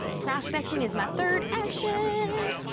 prospectin' is my third action.